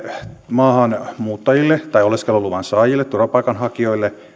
maahanmuuttajille tai oleskeluluvan saajille turvapaikanhakijoille